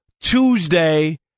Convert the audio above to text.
Tuesday